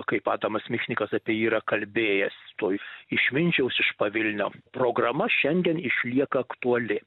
kaip adamas michnikas apie jį yra kalbėjęs toj išminčiaus iš pavilnio programa šiandien išlieka aktuali